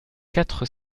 quatre